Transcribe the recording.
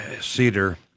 cedar